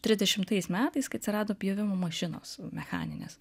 trisdešimtais metais kai atsirado pjovimo mašinos mechaninės